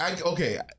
Okay